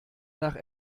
nach